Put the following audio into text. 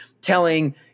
telling